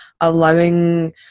allowing